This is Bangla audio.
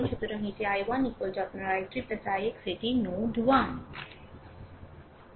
সুতরাং এটি i1 আপনার i3 ix এটি নোড 1